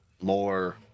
more